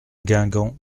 guingamp